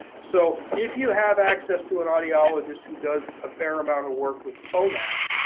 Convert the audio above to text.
so if you have access to an audiologist who does a fair amount of work with phonak,